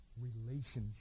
relationship